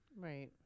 Right